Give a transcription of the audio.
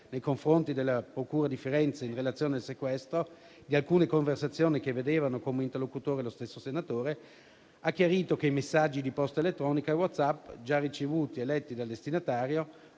nei confronti della procura di Firenze in relazione al sequestro di alcune conversazioni che vedevano come interlocutore lo stesso senatore, ha chiarito che i messaggi di posta elettronica e WhatsApp, già ricevuti e letti dal destinatario,